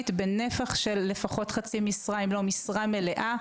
בנפח של לפחות חצי משרה אם לא משרה מלאה.